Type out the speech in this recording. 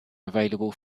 available